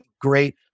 great